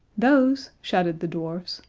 those, shouted the dwarfs,